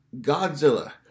Godzilla